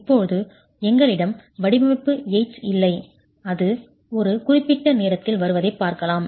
இப்போது எங்களிடம் வடிவமைப்பு எய்ட்ஸ் இல்லை அது ஒரு குறிப்பிட்ட நேரத்தில் வருவதைப் பார்க்கலாம்